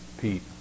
Pete